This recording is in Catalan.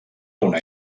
una